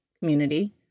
community